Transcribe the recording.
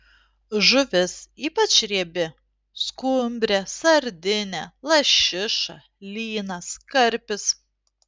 žuvis ypač riebi skumbrė sardinė lašiša lynas karpis